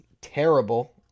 terrible